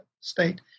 state